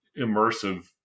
immersive